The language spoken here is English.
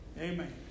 Amen